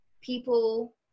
people